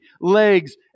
legs